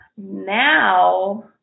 now